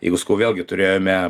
jeigu sakau vėlgi turėjome